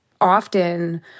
often